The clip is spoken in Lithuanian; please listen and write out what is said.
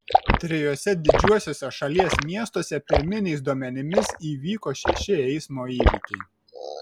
trijuose didžiuosiuose šalies miestuose pirminiais duomenimis įvyko šeši eismo įvykiai